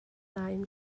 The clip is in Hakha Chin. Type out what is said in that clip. nain